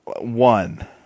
One